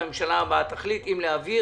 והממשלה הבאה תחליט אם להעביר,